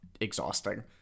exhausting